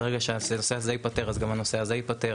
ברגע שהנושא הזה ייפתר אז גם הנושא הזה ייפתר.